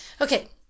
Okay